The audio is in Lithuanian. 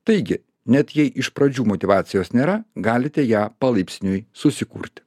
taigi net jei iš pradžių motyvacijos nėra galite ją palaipsniui susikurti